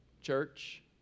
church